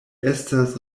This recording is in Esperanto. estas